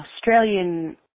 Australian